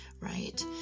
right